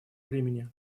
времени